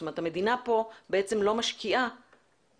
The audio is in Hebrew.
זאת אומרת, המדינה כאן בעצם לא משקיעה מכספה.